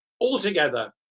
Altogether